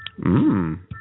Mmm